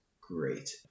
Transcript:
great